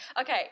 Okay